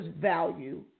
value